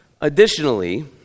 Additionally